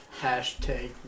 Hashtag